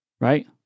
right